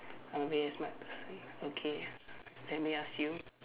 I'm being a smart person okay let me ask you